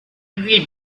angry